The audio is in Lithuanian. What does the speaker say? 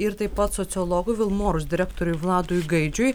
ir taip pat sociologui vilmorus direktoriui vladui gaidžiui